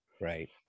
Right